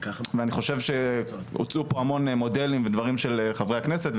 ואני חושב שהוצעו פה המון מודלים ודברים של חברי הכנסת,